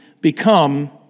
become